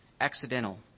accidental